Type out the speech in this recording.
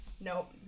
nope